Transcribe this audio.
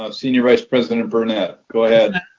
ah senior vice president and burnett, go ahead.